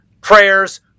prayers